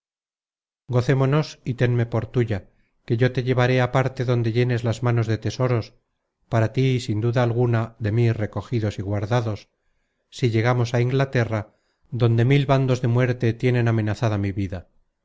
gocémonos y tenme por tuya que yo te llevaré á parte donde llenes las manos de tesoros para tí sin duda alguna de mí recogidos y guardados si llegamos á inglaterra donde mil bandos de muerte tienen content from google book search generated at amenazada mi vida